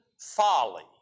folly